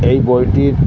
এই বইটির